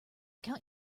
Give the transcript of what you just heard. count